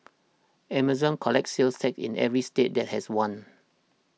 Amazon collects sales tax in every state that has one